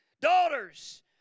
Daughters